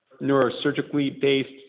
neurosurgically-based